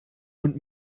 und